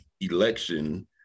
election